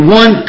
one